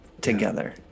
together